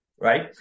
Right